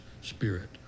spirit